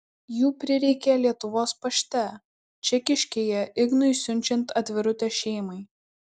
jų prireikė lietuvos pašte čekiškėje ignui siunčiant atvirutę šeimai